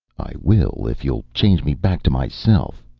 i will if you'll change me back to myself,